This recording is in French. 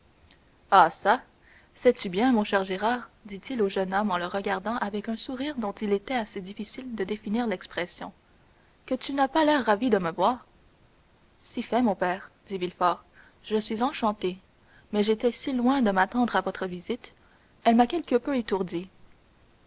ah çà sais-tu bien mon cher gérard dit-il au jeune homme en le regardant avec un sourire dont il était assez difficile de définir l'expression que tu n'as pas l'air ravi de me voir si fait mon père dit villefort je suis enchanté mais j'étais si loin de m'attendre à votre visite qu'elle m'a quelque peu étourdi